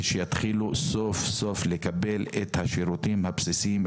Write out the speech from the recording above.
ושיתחילו סוף סוף לקבל את השירותים הבסיסיים,